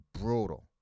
brutal